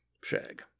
Shag